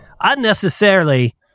Unnecessarily